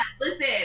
listen